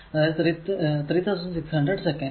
അതായതു 3600 സെക്കന്റ്